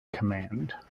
command